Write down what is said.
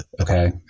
okay